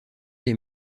les